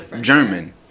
German